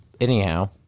anyhow